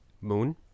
Moon